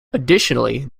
additionally